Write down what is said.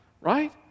right